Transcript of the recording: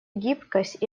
гибкость